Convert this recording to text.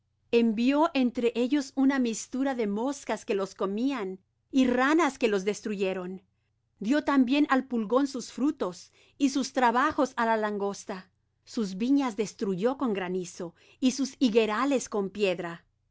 envió entre ellos una mistura de moscas que los comían y ranas que los destruyeron dió también al pulgón sus frutos y sus trabajos á la langosta sus viñas destruyó con granizo y sus higuerales con piedra